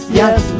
yes